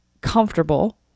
comfortable